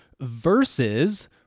versus